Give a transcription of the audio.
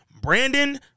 Brandon